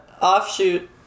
offshoot